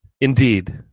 Indeed